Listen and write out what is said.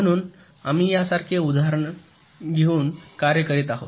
म्हणून आम्ही यासारखे उदाहरण घेऊन कार्य करीत आहोत